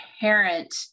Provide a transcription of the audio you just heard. parent